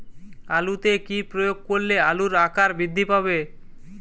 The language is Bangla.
আলুতে কি প্রয়োগ করলে আলুর আকার বৃদ্ধি পাবে?